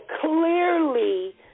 clearly